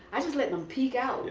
i just let them peek out. yeah